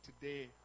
today